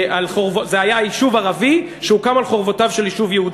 זה היה יישוב ערבי שהוקם על חורבותיו של יישוב יהודי.